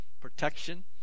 protection